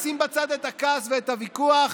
נשים בצד את הכעס ואת הוויכוח